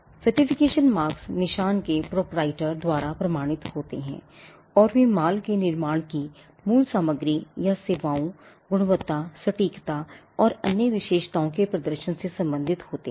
Certification marks निशान के proprietor द्वारा प्रमाणित होते हैं और वे माल के निर्माण की मूल सामग्री या सेवाओं गुणवत्ता सटीकता या अन्य विशेषताओं के प्रदर्शन से संबंधित होते हैं